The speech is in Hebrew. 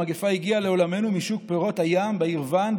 המגפה הגיעה לעולמנו משוק פירות הים בעיר ווהאן,